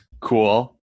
cool